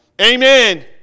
Amen